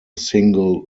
single